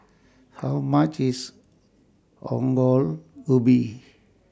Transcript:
How much IS Ongol Ubi